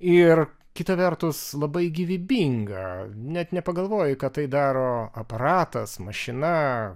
ir kita vertus labai gyvybinga net nepagalvoji kad tai daro aparatas mašina